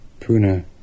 Pune